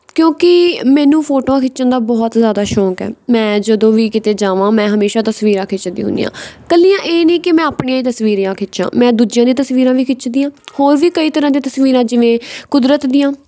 ਕਿਉਂਕਿ ਮੈਨੂੰ ਫੋਟੋਆਂ ਖਿੱਚਣ ਦਾ ਬਹੁਤ ਜ਼ਿਆਦਾ ਸ਼ੌਕ ਹੈ ਮੈਂ ਜਦੋਂ ਵੀ ਕਿਤੇ ਜਾਵਾਂ ਮੈਂ ਹਮੇਸ਼ਾ ਤਸਵੀਰਾਂ ਖਿੱਚਦੀ ਹੁੰਦੀ ਹਾਂ ਇਕੱਲੀਆਂ ਇਹ ਨਹੀਂ ਕਿ ਮੈਂ ਆਪਣੀਆਂ ਹੀ ਤਸਵੀਰਾਂ ਖਿੱਚਾਂ ਮੈਂ ਦੂਜਿਆਂ ਦੀਆਂ ਤਸਵੀਰਾਂ ਵੀ ਖਿੱਚਦੀ ਹਾਂ ਹੋਰ ਵੀ ਕਈ ਤਰ੍ਹਾਂ ਦੀਆਂ ਤਸਵੀਰਾਂ ਜਿਵੇਂ ਕੁਦਰਤ ਦੀਆਂ